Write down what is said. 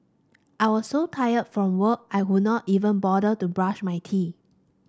I was so tired from work I could not even bother to brush my teeth